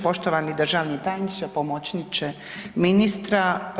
Poštovani državni tajniče, pomoćniče ministra.